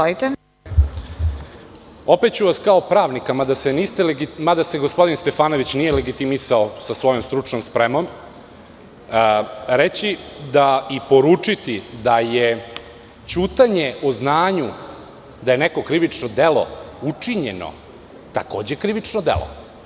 Opet ću vam kao pravniku, mada se gospodin Stefanović nije legitimisao sa svojom stručnom spremom, reći i poručiti da je ćutanje o znanju da je neko krivično delo učinjeno takođe krivično delo.